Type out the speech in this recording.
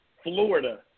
Florida